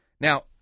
Now